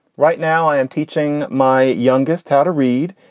right now, i am teaching my youngest how to read.